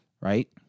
right